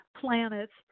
planets